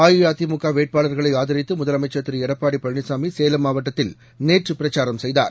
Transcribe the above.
அ இ அ தி மு க வேட்பாளா்களைஆதித்துமுதலமைச்சா் திருளடப்பாடிபழனிசாமிசேலம் மாவட்டத்தில் நேற்றுபிரசாரம் செய்தார்